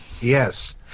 Yes